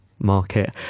market